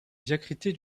diacritée